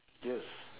yes